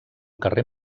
carrer